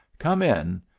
come in,